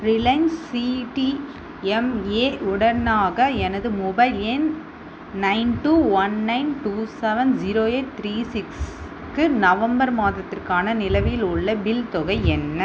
Reliance CDMA உடனாக எனது mobile எண் nine two one nine two seven zero eight three சிக்ஸ்க்கு நவம்பர் மாதத்திற்கான நிலுவையில் உள்ள பில் தொகை என்ன